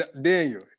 Daniel